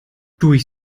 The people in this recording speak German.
durch